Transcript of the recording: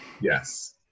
Yes